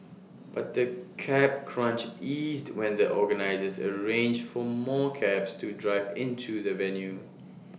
but the cab crunch eased when the organisers arranged for more cabs to drive into the venue